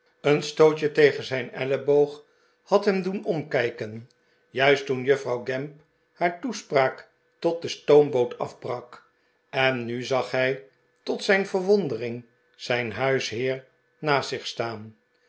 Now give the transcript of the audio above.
een stootje tegen zijn elleboog had hem doen omkijken juist toen juffrouw gamp haar toespraak tot de stopmboot afbrak en nu zag hij tot zijn verwondering zijn huisheer naast zich staan